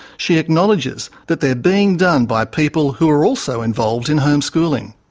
she acknowledges that they're being done by people who are also involved in homeschooling.